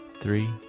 three